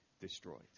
destroyed